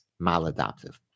maladaptive